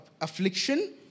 affliction